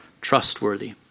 trustworthy